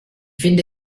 finde